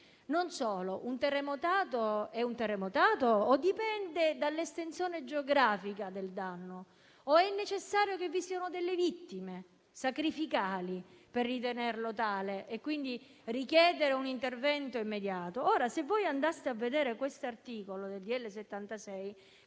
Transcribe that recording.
Non solo; un terremoto è un terremoto o dipende dall'estensione geografica del danno? È necessario che vi siano delle vittime sacrificali per ritenerlo tale e quindi richiedere un intervento immediato? [**Presidenza del vice presidente